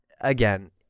Again